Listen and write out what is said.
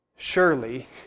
Surely